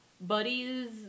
buddies